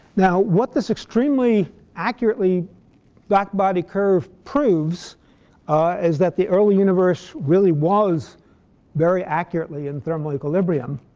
now, what this extremely accurately black-body curve proves is that the early universe really was very accurately in thermal equilibrium.